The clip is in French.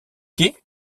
quai